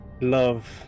love